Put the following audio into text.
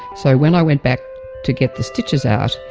so when i went back to get the stitches out,